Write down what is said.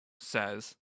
says